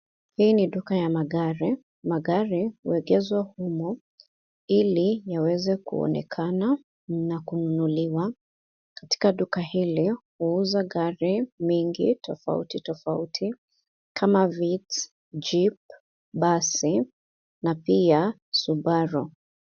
Hii ni duka ya magari .Magari huegeshwa humu ili yaweze kuonekana na kununuliwa. Katika duka hili, wauza gari mengi tofauti tofauti kama Vitz, Jeep, basi na pia Subaru.